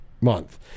Month